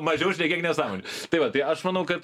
mažiau šnekėk nesąmonių tai va tai aš manau kad